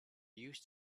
used